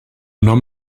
nom